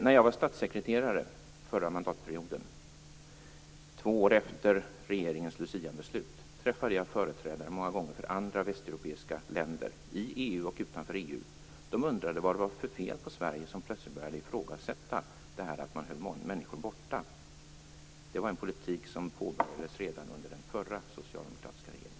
När jag under den förra mandatperioden var statssekreterare, två år efter regeringens Luciabeslut, träffade jag många gånger företrädare för andra västeuropeiska länder i och utanför EU som undrade vad det var för fel på Sverige, som plötsligt började hålla människor borta. Det var en politik som påbörjades redan under den förra socialdemokratiska regeringen.